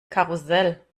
karussell